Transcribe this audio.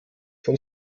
von